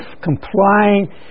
complying